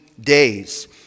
days